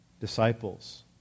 disciples